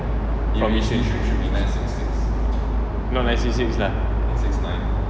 not nine six six lah